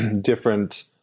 different